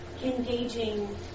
engaging